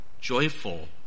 joyful